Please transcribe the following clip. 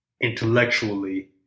intellectually